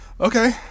okay